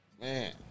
Man